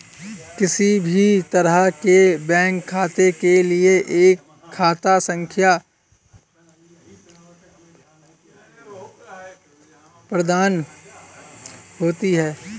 किसी भी तरह के बैंक खाते के लिये एक खाता संख्या प्रदत्त होती है